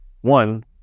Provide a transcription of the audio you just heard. One